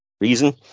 reason